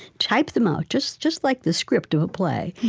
typed them out, just just like the script of a play.